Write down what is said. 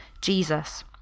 Jesus